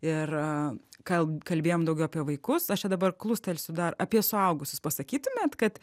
ir kalb kalbėjom daugiau apie vaikus aš čia dabar klustelsiu apie suaugusius pasakytumėt kad